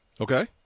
Okay